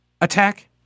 attack